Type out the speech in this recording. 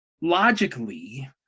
logically